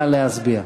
נא להצביע.